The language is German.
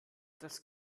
das